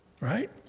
right